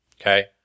Okay